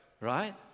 Right